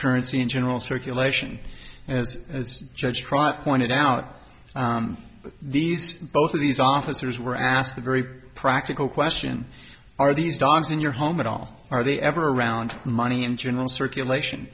currency in general circulation and as judge try pointed out these both of these officers were asked a very practical question are these dogs in your home at all are they ever around money in general circulation